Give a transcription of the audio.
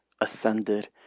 ascended